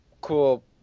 cool